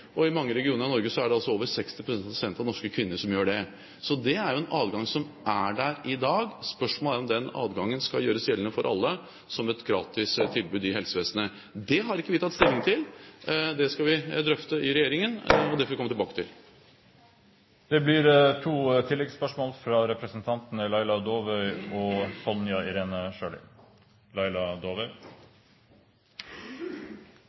I mange regioner av Norge er det altså 60 pst. av alle norske kvinner som gjør det. Det er en adgang som er der i dag. Spørsmålet er om den adgangen skal gjøres gjeldende for alle som et gratis tilbud i helsevesenet. Det har ikke vi tatt stilling til. Det skal vi drøfte i regjeringen. Det får vi komme tilbake til. Det blir oppfølgingsspørsmål – først Laila